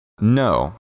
No